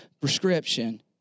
prescription